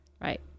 Right